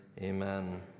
Amen